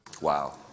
Wow